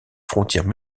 frontières